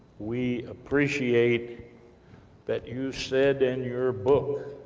we appreciate that you said, in your book,